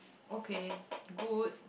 okay good